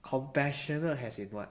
compassion as in what